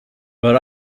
but